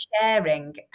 sharing